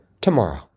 tomorrow